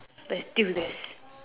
let's do this